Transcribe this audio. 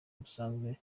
busanzwe